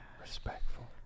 respectful